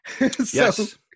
Yes